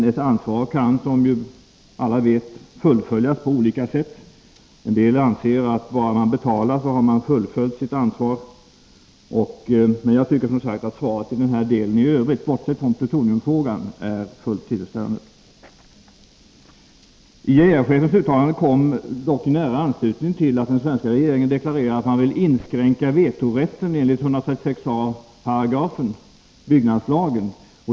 Detta ansvar kan som alla vet fullföljas på olika sätt. En del anser att man har fullföljt sitt ansvar bara man betalar. Bortsett från plutoniumfrågan tycker jag dock att svaret i denna del är tillfredsställande. IAEA-chefens uttalande kom dock i nära anslutning till att den svenska regeringen deklarerade att den vill inskränka vetorätten enligt 136 a § byggnadslagen.